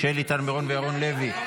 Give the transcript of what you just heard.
שלי טל מירון וירון לוי.